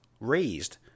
raised